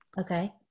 okay